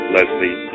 Leslie